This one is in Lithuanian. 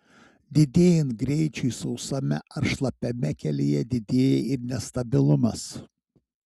didėjant greičiui sausame ar šlapiame kelyje didėja ir nestabilumas